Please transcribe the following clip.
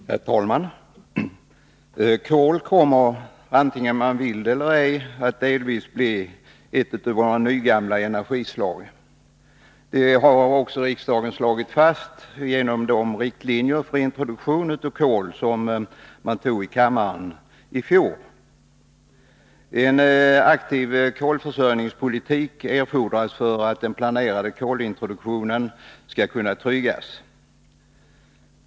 Herr talman! Kol kommer vare sig man vill eller ej att delvis bli vårt nygamla energislag. Det har också riksdagen slagit fast genom de riktlinjer för introduktion av kol i Sverige som kammaren antog i fjol. En aktiv kolförsörjningspolitik erfordras för att den planerade kolintroduktionen skall kunna tryggas.